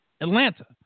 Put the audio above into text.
Atlanta